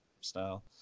style